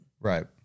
Right